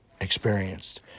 experienced